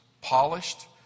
polished